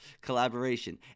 collaboration